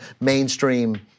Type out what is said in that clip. mainstream